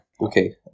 Okay